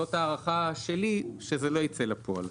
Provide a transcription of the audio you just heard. זאת הערכה שלי שזה לא יצא לפועל.